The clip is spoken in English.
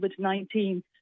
COVID-19